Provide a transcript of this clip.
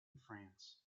france